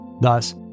Thus